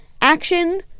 Action